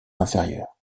inférieure